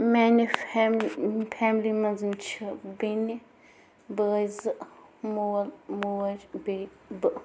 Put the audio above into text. میانہِ فیم فیملی منٛز چھِ بٮ۪نہِ بٲے زٕ مول موج بیٚیہِ بہٕ